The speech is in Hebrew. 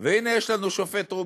והנה, יש לנו השופט רובינשטיין.